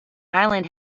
island